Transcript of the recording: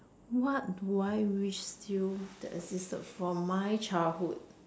what do I wish still that existed from my childhood